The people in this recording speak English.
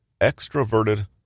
extroverted